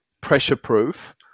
pressure-proof